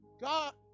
God